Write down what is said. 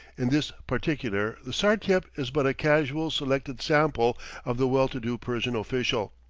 in this particular the sartiep is but a casually selected sample of the well-to-do persian official.